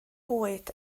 bwyd